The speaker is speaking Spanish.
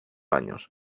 años